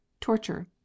Torture